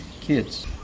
kids